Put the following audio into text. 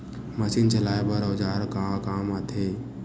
Machine चलाए बर औजार का काम आथे?